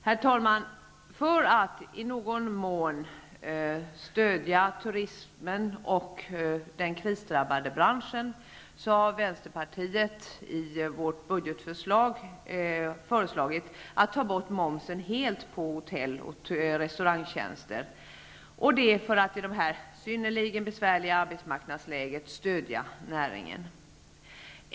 Herr talman! För att i någon mån stödja turismen och den krisdrabbade branschen har Vänsterpartiet i sitt budgetförslag föreslagit att momsen helt tas bort på hotell och restaurangtjänster för att i detta synnerligen besvärliga arbetsmarknadsläge stödja näringen.